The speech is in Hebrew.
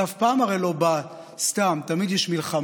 זה הרי אף פעם לא בא סתם, תמיד יש מלחמה,